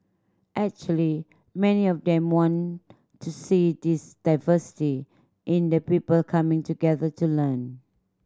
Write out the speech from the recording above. actually many of them want to see this diversity in the people coming together to learn